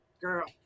girl